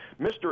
Mr